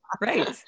right